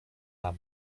âmes